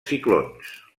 ciclons